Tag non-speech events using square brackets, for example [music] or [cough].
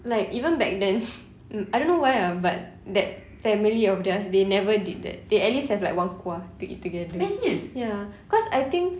like even back then [laughs] I don't know why ah but that family of theirs they never did that they at least have like one kuah to eat together ya cause I think